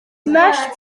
mashed